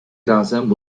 razem